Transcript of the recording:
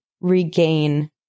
regain